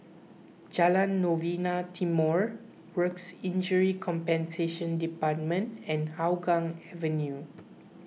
Jalan Novena Timor Work Injury Compensation Department and Hougang Avenue